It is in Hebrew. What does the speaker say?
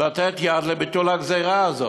לתת יד לביטול הגזירה הזאת.